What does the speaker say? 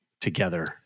together